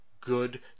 good